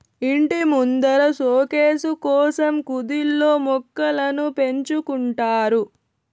ఇంటి ముందర సోకేసు కోసం కుదిల్లో మొక్కలను పెంచుకుంటారు